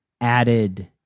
added